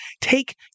take